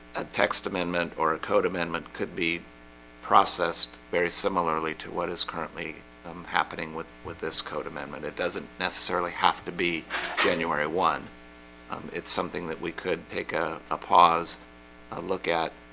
a text amendment or a code amendment could be processed very similarly to what is currently happening with with this code amendment. it doesn't necessarily have to be january one it's something that we could take a a pause a look at